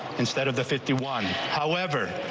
instead of the fifty one, however.